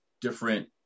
different